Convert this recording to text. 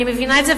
אני מבינה את זה.